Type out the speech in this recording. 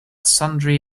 sundry